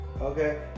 okay